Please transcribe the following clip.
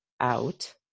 out